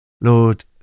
Lord